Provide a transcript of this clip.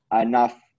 enough